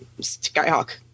Skyhawk